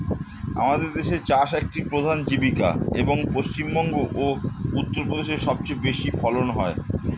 আমাদের দেশে চাষ একটি প্রধান জীবিকা, এবং পশ্চিমবঙ্গ ও উত্তরপ্রদেশে সবচেয়ে বেশি ফলন হয়